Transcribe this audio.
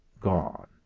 gone